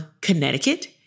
Connecticut